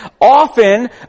often